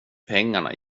pengarna